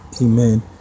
Amen